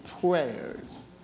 prayers